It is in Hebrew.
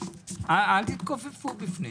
אל תתכופפו בפניהם.